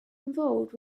involved